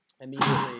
immediately